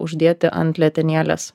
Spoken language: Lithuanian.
uždėti ant letenėlės